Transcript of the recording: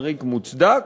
חריג מוצדק: